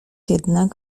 jednak